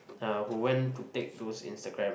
uh who went to take those Instagram